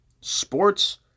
sports